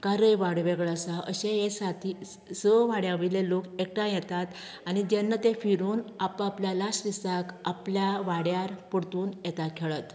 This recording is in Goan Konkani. कारय वाड वेगळो आसा अशें ये सात दीस सय वाड्या वयलो लोक एकठांय येतात आनी जेन्ना ते फिरून आप आपल्या लास्ट दिसाक आपल्या वाड्यार परतून येता खेळत